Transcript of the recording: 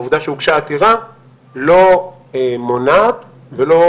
העובדה שהוגשה עתירה לא מונעת ולא